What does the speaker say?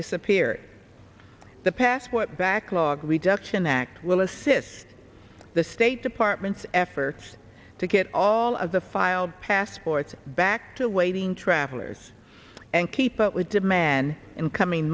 disappeared the passport backlog reduction act will assist the state department's efforts to get all of the filed passports back to waiting travelers and keep up with demand in coming